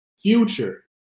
future